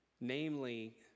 namely